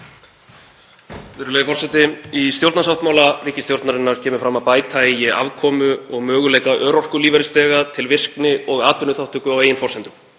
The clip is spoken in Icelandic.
Virðulegur forseti. Í stjórnarsáttmála ríkisstjórnarinnar kemur fram að bæta eigi afkomu og möguleika örorkulífeyrisþega til virkni og atvinnuþátttöku á eigin forsendum.